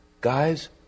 Guys